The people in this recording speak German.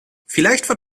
vielleicht